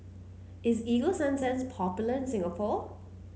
is Ego Sunsense popular in Singapore